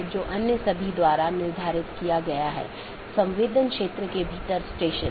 BGP को एक एकल AS के भीतर सभी वक्ताओं की आवश्यकता होती है जिन्होंने IGBP कनेक्शनों को पूरी तरह से ठीक कर लिया है